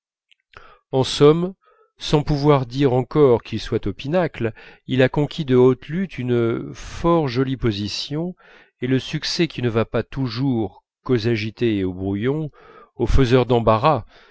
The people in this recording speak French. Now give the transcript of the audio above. en somme sans pouvoir dire encore qu'il soit au pinacle il a conquis de haute lutte une fort jolie position et le succès qui ne va pas toujours qu'aux agités et aux brouillons aux faiseurs d'embarras